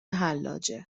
حلاجه